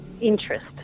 interest